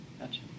Gotcha